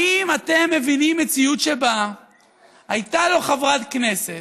האם אתם מבינים מציאות שבה הייתה לו חברת כנסת,